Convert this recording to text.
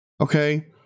okay